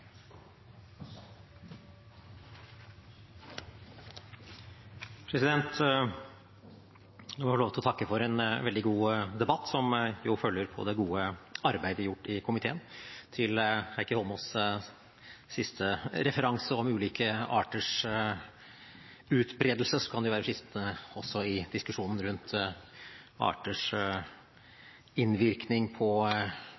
få lov til å takke for en veldig god debatt, som følger det gode arbeidet gjort i komiteen. Til representanten Heikki Eidsvoll Holmås’ siste referanse til ulike arters utbredelse kan det jo være fristende også i diskusjonen rundt arters